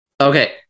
Okay